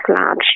large